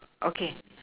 okay